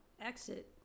exit